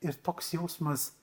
ir toks jausmas